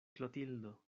klotildo